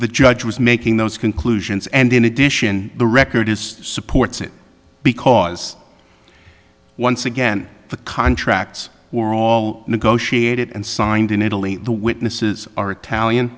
the judge was making those conclusions and in addition the record supports it because once again the contracts were all negotiated and signed in italy the witnesses are italian